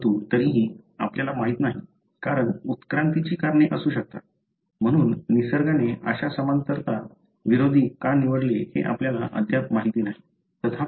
परंतु तरीही आपल्याला माहित नाही कारण उत्क्रांतीची कारणे असू शकतात म्हणून निसर्गाने अशा समांतरता विरोधी का निवडले हे आपल्याला अद्याप माहित नाही